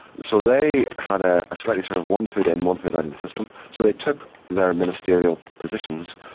so they had ah slightly sort of one foot in, one foot out of the system, so they took their ministerial positions,